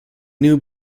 new